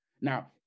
Now